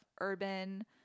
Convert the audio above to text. urban